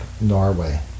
Norway